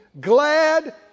glad